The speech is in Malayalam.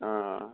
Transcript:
ആ